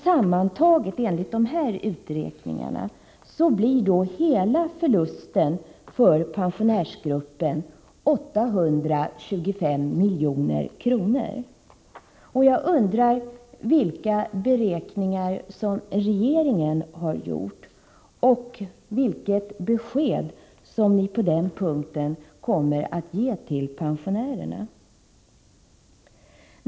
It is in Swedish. Sammantaget blir enligt dessa uträkningar hela förlusten för pensionärsgruppen 825 milj.kr. Vilka beräkningar har regeringen gjort? Vilket besked kommer ni att ge pensionärerna på den punkten?